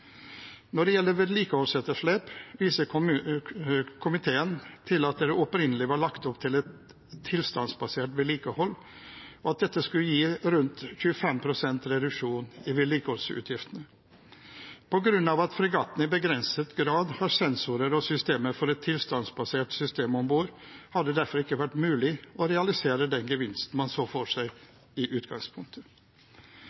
Når det gjelder vedlikeholdsetterslep, viser komiteen til at det opprinnelig var lagt opp til et tilstandsbasert vedlikehold, og at dette skulle gi rundt 25 pst. reduksjon i vedlikeholdsutgiftene. På grunn av at fregattene i begrenset grad har sensorer og systemer for et tilstandsbasert system om bord, har det derfor ikke vært mulig å realisere den gevinsten man så for seg